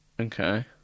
Okay